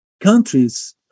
countries